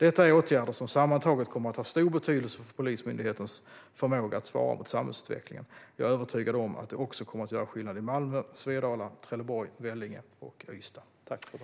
Detta är åtgärder som sammantaget kommer att ha stor betydelse för Polismyndighetens förmåga att svara mot samhällsutvecklingen. Jag är övertygad om att det också kommer att göra skillnad i Malmö, Svedala, Trelleborg, Vellinge och Ystad.